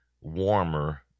warmer